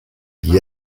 gli